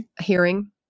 hearing